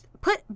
put